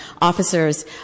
officers